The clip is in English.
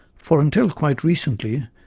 for until quite recently,